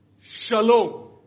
Shalom